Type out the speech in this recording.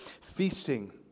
Feasting